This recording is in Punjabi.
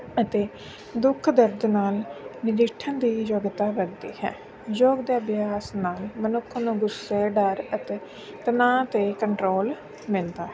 ਅਤੇ ਦੁੱਖ ਦਰਦ ਨਾਲ ਨਜਿੱਠਣ ਦੀ ਯੋਗਤਾ ਵੱਧਦੀ ਹੈ ਯੋਗ ਦੇ ਅਭਿਆਸ ਨਾਲ ਮਨੁੱਖ ਨੂੰ ਗੁੱਸੇ ਡਰ ਅਤੇ ਤਣਾਅ 'ਤੇ ਕੰਟਰੋਲ ਮਿਲਦਾ ਹੈ